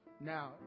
Now